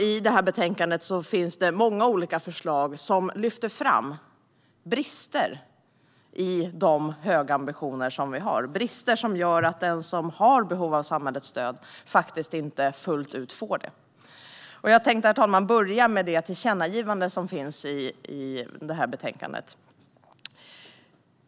I det här betänkandet finns många olika förslag som lyfter fram brister i de höga ambitioner som vi har. Det är brister som gör att den som har behov av samhällets stöd faktiskt inte fullt ut får det. Herr talman! Jag tänkte börja med det tillkännagivande som finns i betänkandet.